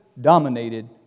dominated